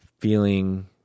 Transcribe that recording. feeling